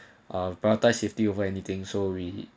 prioritise safety over anything so really